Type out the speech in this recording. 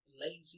lazy